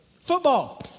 football